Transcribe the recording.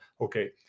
okay